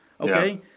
okay